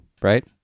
right